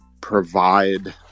provide